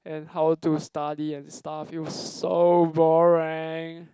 and how to study and stuff it was so boring